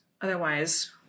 otherwise